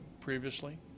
previously